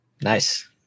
Nice